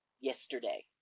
yesterday